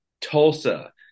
Tulsa